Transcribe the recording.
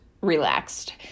relaxed